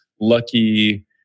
lucky